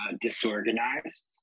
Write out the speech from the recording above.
disorganized